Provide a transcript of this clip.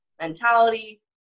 mentality